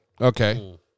Okay